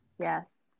Yes